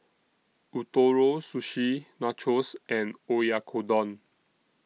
Ootoro Sushi Nachos and Oyakodon